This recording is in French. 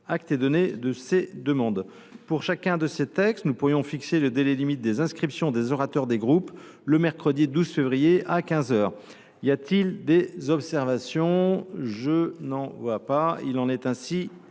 Acte est donné de ces demandes. Pour chacun de ces textes, nous pourrions fixer le délai limite des inscriptions des orateurs des groupes le mercredi 12 février à quinze heures. Y a t il des observations ?… Il en est ainsi